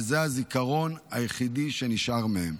וזה הזיכרון היחידי שנשאר מהם.